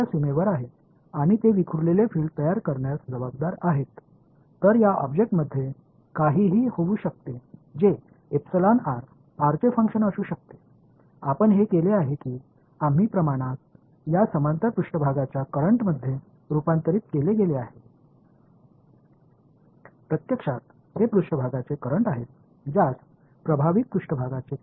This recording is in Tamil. எனவே அவை இந்த பொருளின் உள்ளே நடக்கும் ஏதாகவும் இருக்கலாம் இந்த பொருளின் செயல்பாடாக எதையும் வெளிப்பாடாக கொண்டிருக்கலாம் நாம் என்ன செய்தோம் என்றால் எப்படியோ இந்த சமமான மேற்பரப்பு முன்னோட்டமாக மாற்றி விட்டோம் உண்மையில் இவை மேற்பரப்பு நீரோட்டங்கள் இவை இம்பிரஸ்டு சர்பேஸ் கரன்ட் என்று அழைக்கப்படுகின்றன